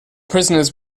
prisoners